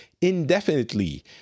indefinitely